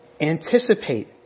anticipate